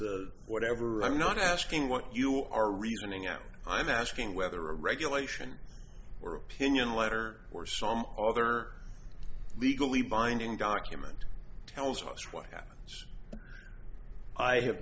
that whatever i'm not asking what you are reasoning out i'm asking whether a regulation or opinion letter or some other legally binding document tells us what happens i have